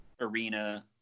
arena